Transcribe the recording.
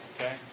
okay